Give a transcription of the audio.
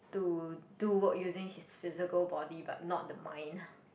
to do work using his physical body but not the mind